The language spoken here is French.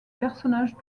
personnages